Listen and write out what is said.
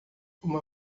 uma